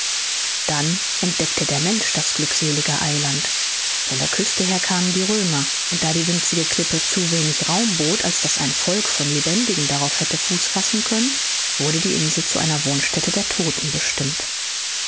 dann entdeckte der mensch das glückselige eiland von der küste her kamen die römer und da die winzige klippe zu wenig raum bot als daß ein volk von lebendigen darauf hätte fuß fassen können wurde die insel zu einer wohnstätte der todten bestimmt